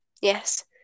Yes